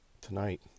Tonight